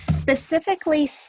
specifically